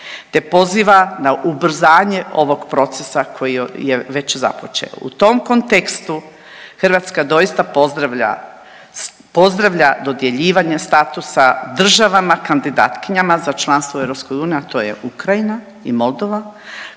te poziva na ubrzanje ovog procesa koji je već započeo. U tom kontekstu Hrvatska doista pozdravlja dodjeljivanje statusa državama kandidatkinjama za članstvo u EU a to je Ukrajina i Moldova